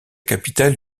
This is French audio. capitale